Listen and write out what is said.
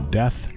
death